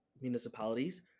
municipalities